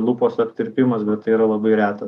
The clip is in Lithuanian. lūpos aptirpimas bet tai yra labai reta